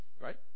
Right